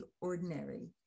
Ordinary